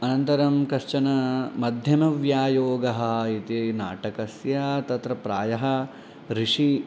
अनन्तरं कश्चनः मध्यमव्यायोगः इति नाटकस्य तत्र प्रायः ऋषिः